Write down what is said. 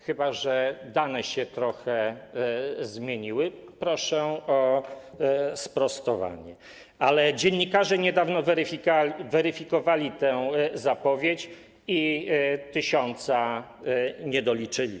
Chyba że dane się trochę zmieniły, proszę o sprostowanie, ale dziennikarze niedawno weryfikowali tę zapowiedź i tysiąca się nie doliczyli.